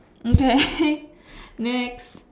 okay next